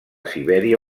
sibèria